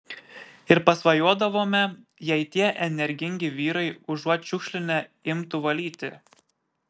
ir pasvajodavome jei tie energingi vyrai užuot šiukšlinę imtų valyti